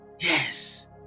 yes